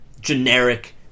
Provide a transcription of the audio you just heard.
generic